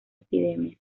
epidemia